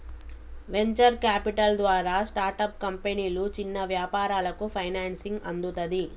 venture capital ద్వారా startup కంపెనీలు, చిన్న వ్యాపారాలకు ఫైనాన్సింగ్ అందుతది